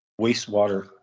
wastewater